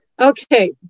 Okay